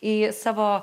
į savo